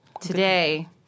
Today